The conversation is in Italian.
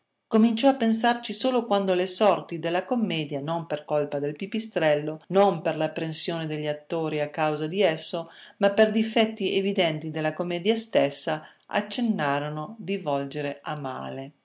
cominciò a pensarci solo quando le sorti della commedia non per colpa del pipistrello non per l'apprensione degli attori a causa di esso ma per difetti evidenti della commedia stessa accennarono di volgere a male